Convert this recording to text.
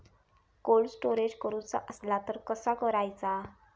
Cold storage करूचा असला तर कसा करायचा?